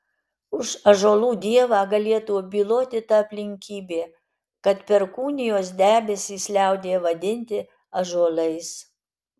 už ąžuolų dievą galėtų byloti ta aplinkybė kad perkūnijos debesys liaudyje vadinti ąžuolais